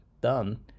done